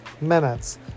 minutes